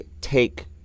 take